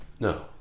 No